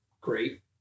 great